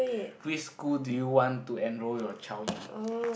which school do you want to enroll your child in